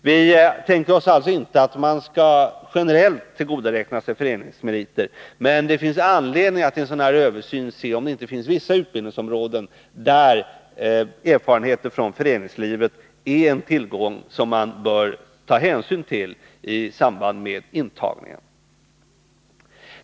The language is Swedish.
Vi tänker oss alltså inte att man generellt skall få tillgodoräkna sig föreningsmeriter, men det finns anledning att i en sådan här översyn studera om det inte finns vissa utbildningsområden där erfarenheter från föreningslivet är en tillgång som det bör tas hänsyn till vid intagningen.